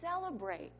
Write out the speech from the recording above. celebrate